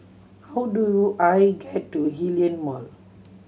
how do I get to Hillion Mall